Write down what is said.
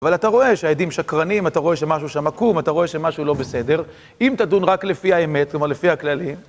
אבל אתה רואה שהעדים שקרנים, אתה רואה שמשהו שמקום, אתה רואה שמשהו לא בסדר. אם תדון רק לפי האמת, כלומר לפי הכללים...